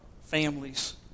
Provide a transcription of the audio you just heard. families